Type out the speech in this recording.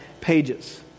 pages